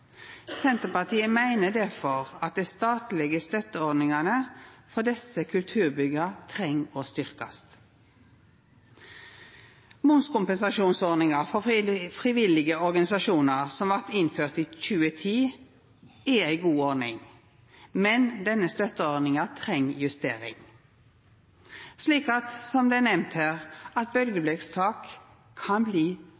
Senterpartiet meiner difor at ein treng å styrkja dei statlege støtteordningane til desse kulturbygga. Momskompensasjonsordninga for frivillige organisasjonar, som blei innført i 2010, er ei god ordning, men denne støtteordninga treng justering, slik at – som det blei nemnt her